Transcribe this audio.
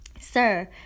sir